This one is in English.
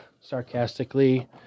sarcastically